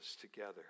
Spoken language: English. together